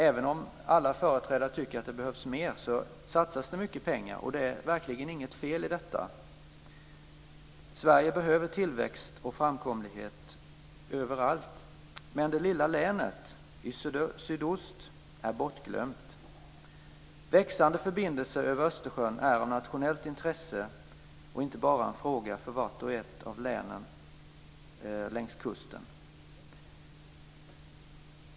Även om alla företrädare tycker att det behövs mer, så satsas det mycket pengar - och det är verkligen inget fel i det. Sverige behöver tillväxt och framkomlighet överallt. Men det lilla länet i sydost är bortglömt. Växande förbindelser över Östersjön är av nationellt intresse och inte bara en fråga för vart och ett av länen längs kusten.